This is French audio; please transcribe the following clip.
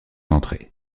entrée